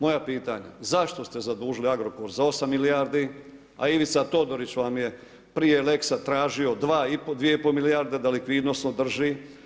Moja pitanja, zašto ste zadužili Agrokor za 8 milijardi, a Ivica Todorić vam je prije lexa tražio 2 i pol milijarde da likvidnost održi?